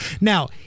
Now